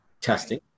testing